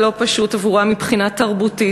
הלא-פשוט עבורם מבחינה תרבותית,